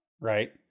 right